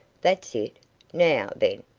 that's it now then,